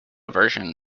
version